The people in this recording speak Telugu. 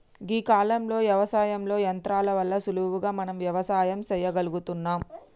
గీ కాలంలో యవసాయంలో యంత్రాల వల్ల సులువుగా మనం వ్యవసాయం సెయ్యగలుగుతున్నం